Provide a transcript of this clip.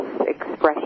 expression